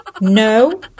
No